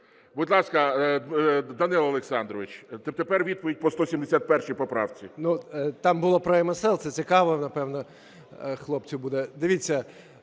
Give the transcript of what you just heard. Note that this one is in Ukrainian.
Будь ласка, Данило Олександрович, тепер відповідь по 171 поправці.